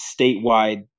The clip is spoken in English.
statewide